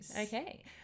Okay